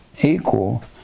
equal